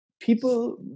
People